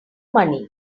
money